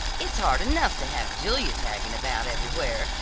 it's hard enough to have julia tagging about everywhere,